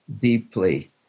deeply